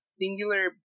singular